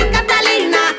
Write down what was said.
Catalina